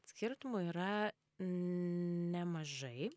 skirtumų yra nemažai